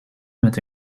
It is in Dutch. met